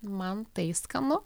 man tai skanu